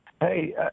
Hey